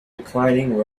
declining